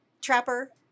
Trapper